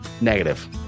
Negative